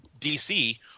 DC